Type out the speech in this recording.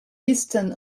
easton